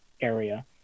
area